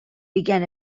began